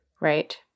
Right